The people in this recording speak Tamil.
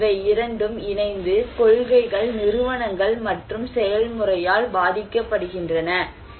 பின்னர் இவை இரண்டும் இணைந்து கொள்கைகள் நிறுவனங்கள் மற்றும் செயல்முறையால் பாதிக்கப்படுகின்றன